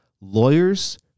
lawyers